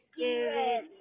Spirit